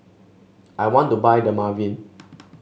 I want to buy Dermaveen